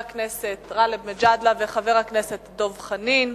הכנסת גאלב מג'אדלה וחבר הכנסת דב חנין.